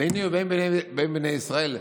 ביני ובין בני ישראל"?